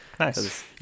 Nice